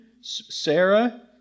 Sarah